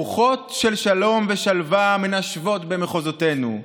רוחות של שלום ושלווה מנשבות במחוזותינו,